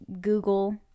google